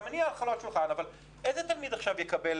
אתה מניח על השולחן אבל איזה תלמיד יקבל